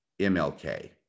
mlk